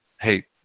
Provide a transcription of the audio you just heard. Hey